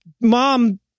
mom